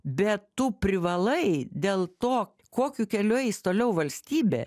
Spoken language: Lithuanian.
bet tu privalai dėl to kokiu keliu eis toliau valstybė